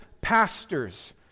pastors